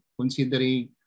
considering